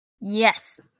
Yes